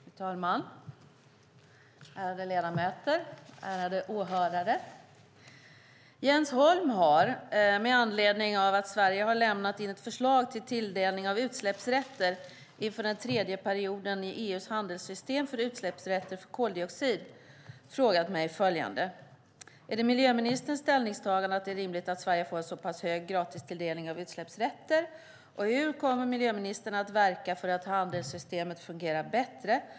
Fru talman! Ärade ledamöter! Ärade åhörare! Jens Holm har, med anledning av att Sverige har lämnat in ett förslag till tilldelning av utsläppsrätter inför den tredje perioden i EU:s handelssystem för utsläppsrätter för koldioxid, frågat mig följande: Är det miljöministerns ställningstagande att det är rimligt att Sverige får en så pass hög gratistilldelning av utsläppsrätter? Hur kommer miljöministern att verka för att handelssystemet fungerar bättre?